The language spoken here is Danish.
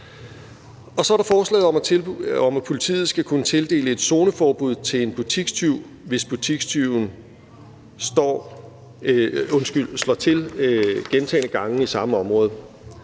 Så er der forslaget om, at politiet skal kunne tildele et zoneforbud til en butikstyv, hvis butikstyven slår til gentagne gange i samme område.